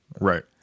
Right